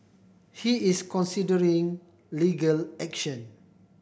he is considering legal action